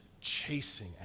chasing